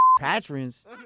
patrons